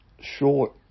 short